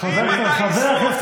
כל אחד בנאומו.